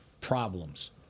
problems